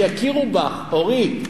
שיכירו בך, אורית.